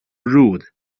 rude